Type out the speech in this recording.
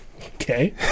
Okay